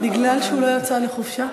הוא לא יצא לחופשה?